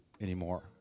anymore